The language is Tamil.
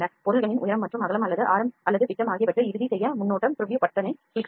பொருள்களின் உயரம் மற்றும் அகலம் அல்லது ஆரம் அல்லது விட்டம் ஆகியவற்றை இறுதி செய்ய முன்னோட்ட பட்டனைக் கிளிக் செய்க